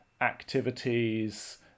activities